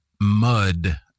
mud